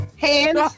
Hands